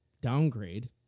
downgrade